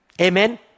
Amen